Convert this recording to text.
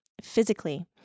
physically